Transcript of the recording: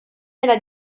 nella